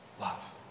love